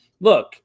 look